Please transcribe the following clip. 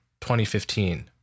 2015